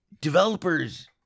Developers